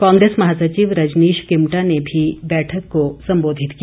कांग्रेस महासचिव रजनीश किमटा ने भी बैठक को संबोधित किया